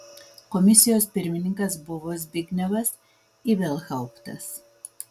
komisijos pirmininkas buvo zbignevas ibelhauptas